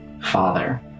Father